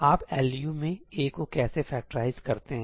आप LU में A को कैसे फैक्टराइज करते हैं